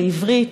בעברית,